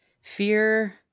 fear